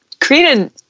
created